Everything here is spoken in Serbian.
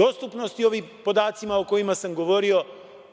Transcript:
dostupnosti ovim podacima o kojima sam govorio